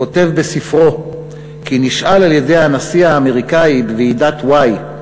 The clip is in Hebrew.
כותב בספרו כי נשאל על-ידי הנשיא האמריקני בוועידת וואי,